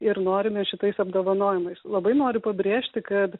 ir norime šitais apdovanojimais labai noriu pabrėžti kad